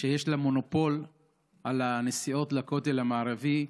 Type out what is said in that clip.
שיש לה מונופול על הנסיעות לכותל המערבי,